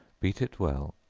beat it well,